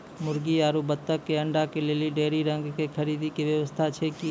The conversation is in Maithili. मुर्गी आरु बत्तक के अंडा के लेली डेयरी रंग के खरीद के व्यवस्था छै कि?